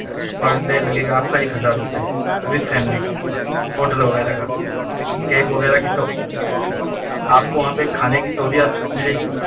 پر day لگے گا آپ کا ایک ہزار روپئے وتھ فیملی ہوٹل وغیرہ کا کیب وغیرہ کی تو آپ کو وہاں پہ کھانے کی سہولیات ملے گی